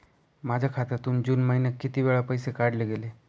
माझ्या खात्यातून जून महिन्यात किती वेळा पैसे काढले गेले?